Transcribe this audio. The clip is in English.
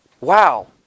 wow